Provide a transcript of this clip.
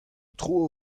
tro